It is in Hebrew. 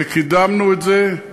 וקידמנו את זה,